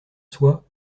soi